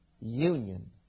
union